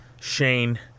Shane